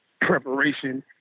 preparation